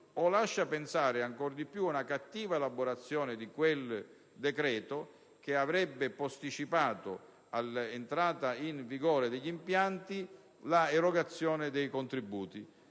utilizzatori o, ancora di più, ad una cattiva elaborazione di quel decreto che avrebbe posticipato all'entrata in vigore degli impianti l'erogazione dei contributi,